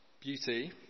beauty